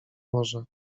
może